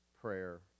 prayer